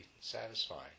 satisfying